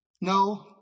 No